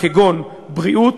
כגון בריאות,